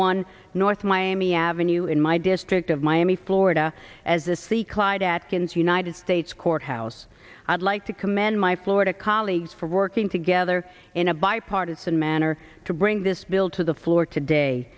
one north miami avenue in my district of miami florida as the c clyde atkins united states court house i'd like to commend my florida colleagues for working together in a bipartisan manner to bring this bill to the floor today